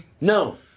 No